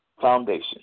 foundation